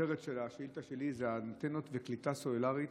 הכותרת של השאילתה שלי זה אנטנות וקליטה סלולרית